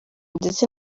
ndetse